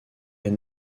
est